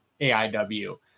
AIW